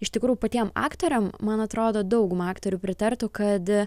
iš tikrųjų patiem aktoriam man atrodo dauguma aktorių pritartų kad